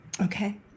Okay